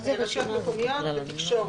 יש פה רשויות מקומיות ותקשורת.